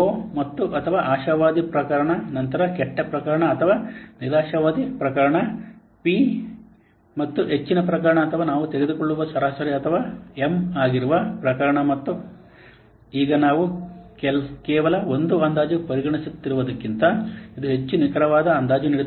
ಒ ಮತ್ತು ಅಥವಾ ಆಶಾವಾದಿ ಪ್ರಕರಣ ನಂತರ ಕೆಟ್ಟ ಪ್ರಕರಣ ಅಥವಾ ನಿರಾಶಾವಾದಿ ಪ್ರಕರಣ ಪಿ ಮತ್ತು ಹೆಚ್ಚಿನ ಪ್ರಕರಣ ಅಥವಾ ನಾವು ತೆಗೆದುಕೊಳ್ಳುವ ಸರಾಸರಿ ಅಥವಾ ಎಂ ಆಗಿರುವ ಪ್ರಕರಣ ಮತ್ತು ಈಗ ನಾವು ಕೇವಲ ಒಂದು ಅಂದಾಜು ಪರಿಗಣಿಸುತ್ತಿರುವುದಕ್ಕಿಂತ ಇದು ಹೆಚ್ಚು ನಿಖರವಾದ ಅಂದಾಜು ನೀಡುತ್ತದೆ